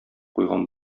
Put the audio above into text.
куйган